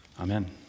Amen